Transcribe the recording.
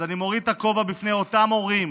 אז אני מוריד את הכובע בפני אותם הורים